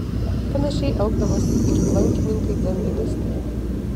panašiai elgdavosi ir lankininkai dzenbudistai